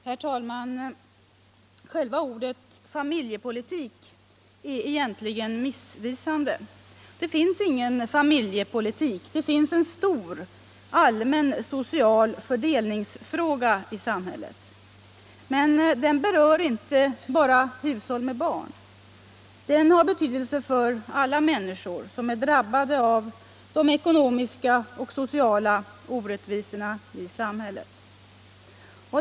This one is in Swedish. Herr talman! Själva ordet familjepolitik är egentligen missvisande. Det finns ingen familjepolitik. Det finns däremot en stor och allmän social fördelningsfråga i samhället. Men den berör inte bara hushåll med barn. Den har betydelse för alla människor som är drabbade av de ekonomiska och sociala orättvisorna i samhället.